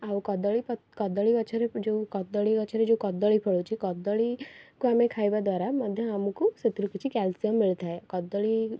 ଆଉ କଦଳୀ ପ କଦଳୀ ଗଛରେ ଯେଉଁ କଦଳୀ ଗଛରେ ଯେଉଁ କଦଳୀ ଫଳୁଛି କଦଳୀ କୁ ଆମେ ଖାଇବା ଦ୍ଵାରା ମଧ୍ୟ ଆମକୁ ସେଥିରୁ କିଛି କ୍ୟାଲସିୟମ ମିଳିଥାଏ କଦଳୀ